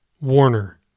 Warner